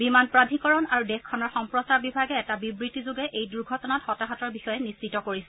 বিমান প্ৰাধিকৰণ আৰু দেশখনৰ সম্প্ৰচাৰ বিভাগে এটা বিবৃতিযোগে এই দুৰ্ঘটনাত হতাহতৰ বিষয়ে নিশ্চিত কৰিছে